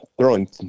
throwing